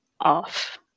off